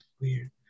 Weird